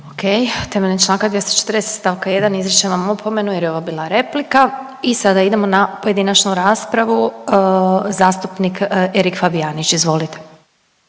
O.k. Temeljem članka 240. stavka 1. izričem vam opomenu, jer je ovo bila replika. I sada idemo na pojedinačnu raspravu. Zastupnik Erik Fabijanić, izvolite.